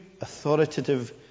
authoritative